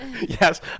Yes